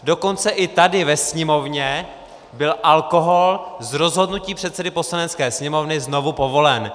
Dokonce i tady ve sněmovně byl alkohol z rozhodnutí předsedy Poslanecké sněmovny znovu povolen.